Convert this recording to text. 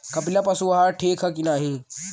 कपिला पशु आहार ठीक ह कि नाही?